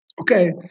Okay